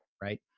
right